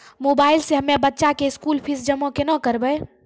Mobile से हम्मय बच्चा के स्कूल फीस जमा केना करबै?